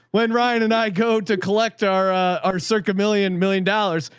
when ryan and i go to collect our, our circa million million dollars,